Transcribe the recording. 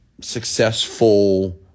successful